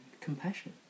compassion